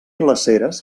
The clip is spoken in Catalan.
glaceres